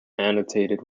annotated